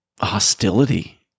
hostility